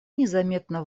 незаметно